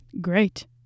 Great